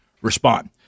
respond